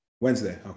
Wednesday